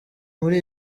muri